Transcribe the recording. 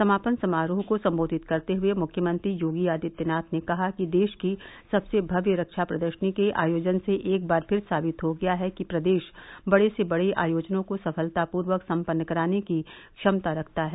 समापन समारोह को संबोधित करते हुए मुख्यमंत्री योगी आदित्यनाथ ने कहा कि देश की सबसे भव्य रक्षा प्रदर्शनी के आयोजन से एक बार फिर साबित हो गया है कि प्रदेश बड़े से बड़े आयोजनों को सफलतापूर्वक संपन्न कराने की क्षमता रखता है